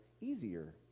easier